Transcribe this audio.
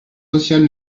sociale